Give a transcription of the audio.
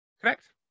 Correct